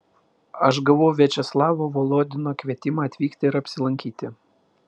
aš gavau viačeslavo volodino kvietimą atvykti ir apsilankyti